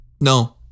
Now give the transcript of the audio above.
no